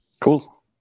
Cool